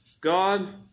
God